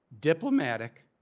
diplomatic